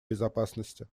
безопасности